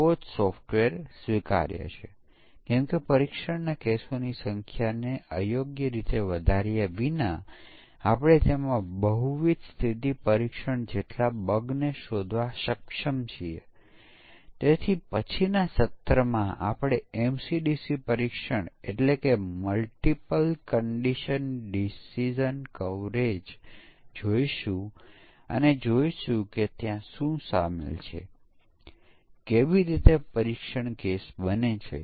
અને પછી એકવાર આપણે સમકક્ષ પાર્ટીશન કર્યા પછી આપણને બધા માન્ય સમકક્ષ વર્ગો અને બધા અમાન્ય સમકક્ષ વર્ગો મળ્યાં આપણે ફક્ત તેમાંથી દરેકમાંથી એક જ મૂલ્ય રેન્ડમલી પસંદ કરીશું અને આ આપણી સમકક્ષ વર્ગ પરીક્ષણ સ્યુટ બનાવશું